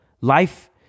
Life